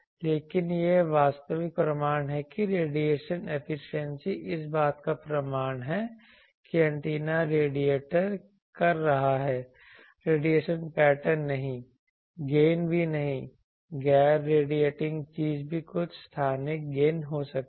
लेकिन यह वास्तविक प्रमाण है कि रेडिएशन एफिशिएंसी इस बात का प्रमाण है कि एंटेना रेडिएट कर रहा है रेडिएशन पैटर्न नहीं गेन भी नहीं गैर रेडिएटिंग चीज़ भी कुछ स्थानिक गेन हो सकती है